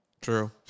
True